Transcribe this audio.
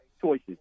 choices